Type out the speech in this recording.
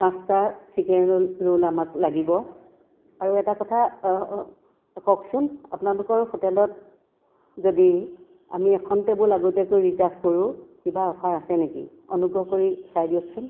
পাঁচটা chicken roll roll আমাক লাগিব আৰু এটা কথা অঁ অঁ কওকচোন আপোনালোকৰ হোটেলত যদি আমি এখন টেবুল আগতীয়াকৈ ৰিজাৰ্ভ কৰোঁ কিবা অফাৰ আছে নেকি অনুগ্ৰহ কৰি চাই দিয়কচোন